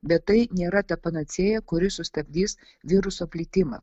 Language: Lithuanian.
bet tai nėra ta panacėja kuri sustabdys viruso plitimą